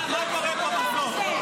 מה קורה פה בסוף?